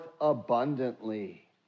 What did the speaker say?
abundantly